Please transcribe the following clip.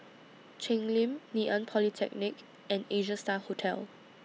Cheng Lim Ngee Ann Polytechnic and Asia STAR Hotel